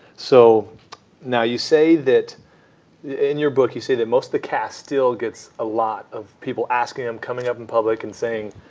so now, you say that in your book, you say that most of the cast still gets a lot of people asking them, coming up in public and saying,